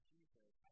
Jesus